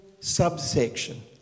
subsection